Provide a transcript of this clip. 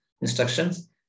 instructions